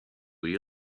you